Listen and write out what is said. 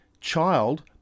child